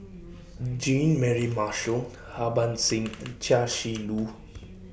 Jean Mary Marshall Harbans Singh and Chia Shi Lu